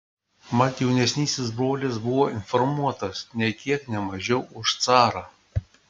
mat jaunesnysis brolis buvo informuotas nė kiek ne mažiau už carą